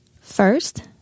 First